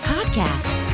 Podcast